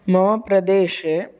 मम प्रदेशे